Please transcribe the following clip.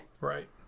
Right